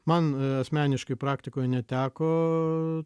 man asmeniškai praktikoje neteko